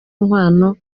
inkwano